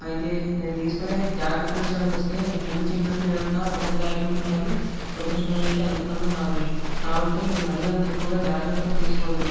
అయితే నేను తీసుకునే జాగ్రత్తల విషయానికి వస్తే ముందు చెప్పినట్టు నేను అంతా ఉన్నత గాయకుడిని కాదు ప్రొఫెషనల్ అయితే అంతకన్నా కాదు కాబట్టి నేను మరీ అంత ఎక్కువగా జాగ్రత్తలు తీసుకోను